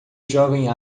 jovem